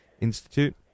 Institute